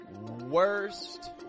Worst